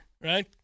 Right